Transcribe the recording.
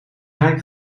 rijk